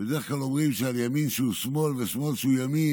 בדרך כלל אומרים על הימין שהוא שמאל ועל השמאל שהוא ימין.